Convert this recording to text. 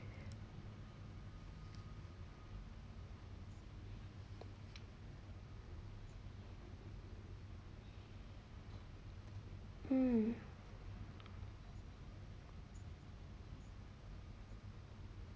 mm